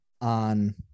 on